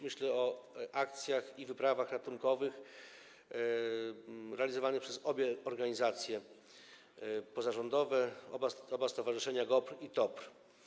Myślę o akcjach i wyprawach ratunkowych realizowanych przez obie organizacje pozarządowe, oba stowarzyszenia - GOPR i TOPR.